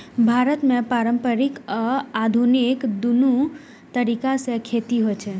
भारत मे पारंपरिक आ आधुनिक, दुनू तरीका सं खेती होइ छै